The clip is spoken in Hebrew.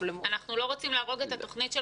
אנחנו לא רוצים להרוג את התוכנית של